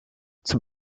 zum